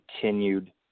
continued